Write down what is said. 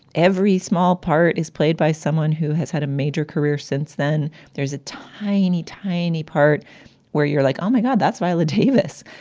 every small part is played by someone who has had a major career since then. there's a tiny, tiny part where you're like, oh, my god, that's violet davis.